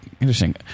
Interesting